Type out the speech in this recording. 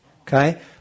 Okay